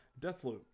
Deathloop